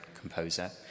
composer